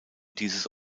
dieses